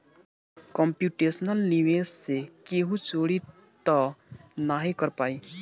computational निवेश से केहू चोरी तअ नाही कर पाई